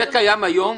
האם זה קיים היום?